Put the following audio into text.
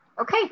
Okay